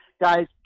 guys